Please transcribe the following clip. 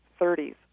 30s